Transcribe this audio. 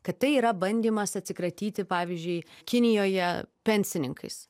kad tai yra bandymas atsikratyti pavyzdžiui kinijoje pensininkais